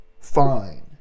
fine